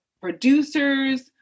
producers